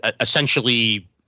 essentially